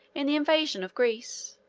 in the invasion of greece.